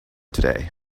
today